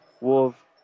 wolf